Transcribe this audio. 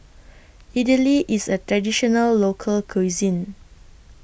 Idili IS A Traditional Local Cuisine